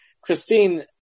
Christine